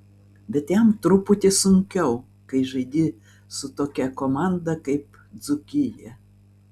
bet jam truputį sunkiau kai žaidi su tokia komanda kaip dzūkija